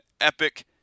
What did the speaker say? epic